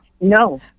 No